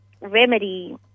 Remedy